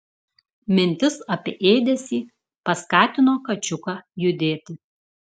mintis apie ėdesį paskatino kačiuką judėti